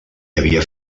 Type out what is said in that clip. havia